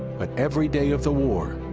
but every day of the war,